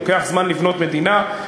לוקח זמן לבנות מדינה,